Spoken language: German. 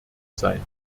sein